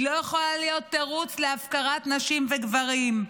היא לא יכולה להיות תירוץ להפקרת נשים וגברים.